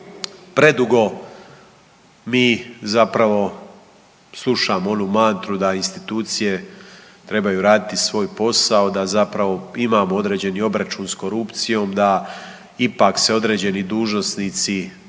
Predugo mi zapravo slušamo onu mantru da institucije trebaju raditi svoj posao da zapravo imamo određeni obračun s korupcijom da ipak se određeni dužnosnici